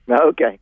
Okay